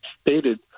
stated